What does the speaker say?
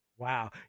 Wow